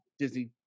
Disney